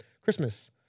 Christmas